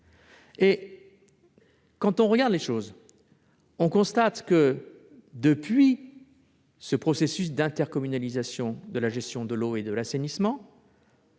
À y regarder de près, on constate que, depuis le processus d'intercommunalisation de la gestion de l'eau et de l'assainissement,